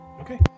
Okay